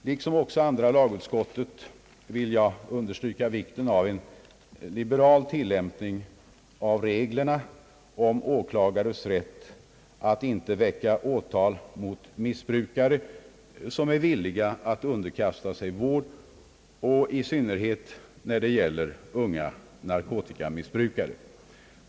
Liksom andra lagutskottet vill jag understryka vikten av en liberal tilllämpning av reglerna om åklagares rätt att inte väcka åtal mot missbrukare som är villiga att underkasta sig vård, i synnerhet när det gäller unga narkotikamissbrukare.